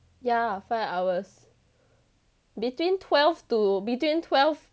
yeah five hours between twelve to between twelve